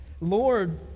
Lord